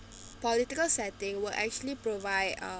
political setting will actually provide um